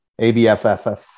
ABFFF